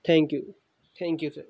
thank you thank you sir